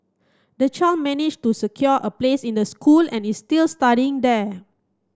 the child managed to secure a place in the school and is still studying there